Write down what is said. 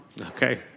Okay